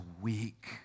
weak